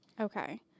Okay